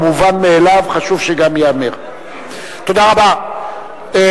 כיוון שכל עוד לא בוחנים אלטרנטיבות, קשה